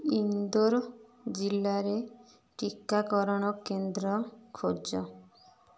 ଇନ୍ଦୋର ଜିଲ୍ଲାରେ ଟିକାକରଣ କେନ୍ଦ୍ର ଖୋଜ